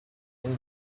over